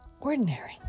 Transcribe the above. ordinary